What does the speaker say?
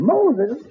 Moses